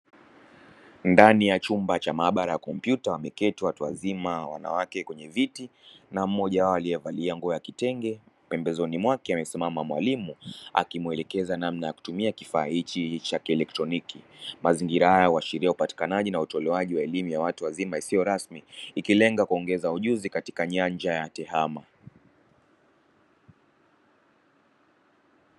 Ndani ya chumba cha maabara ya kompyuta wameketi watu wazima wanawake kwenye viti na mmoja wao aliyevalia nguo ya kitenge pembezoni mwake amesimama mwalimu akimuelekeza namna ya kutumia kifaa hichi cha kielektroniki. Mazingira haya huashiria upatikanaji na utolewaji wa elimu ya watu wazima isiyo rasmi ikilenga kuongeza ujuzi katika nyanja ya tehama.